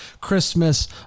christmas